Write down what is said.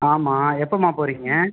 ஆமாம் எப்போம்மா போகறீங்க